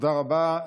תודה רבה.